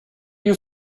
you